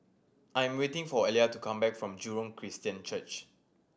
I am waiting for Elia to come back from Jurong Christian Church